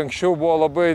anksčiau buvo labai